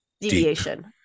deviation